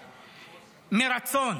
מרצון,